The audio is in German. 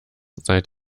seit